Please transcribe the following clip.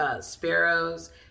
sparrows